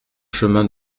chemin